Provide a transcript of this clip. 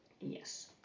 Yes